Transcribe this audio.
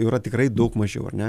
jų yra tikrai daug mažiau ar ne